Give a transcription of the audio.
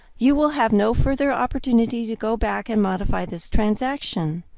you will have no further opportunity to go back and modify this transaction.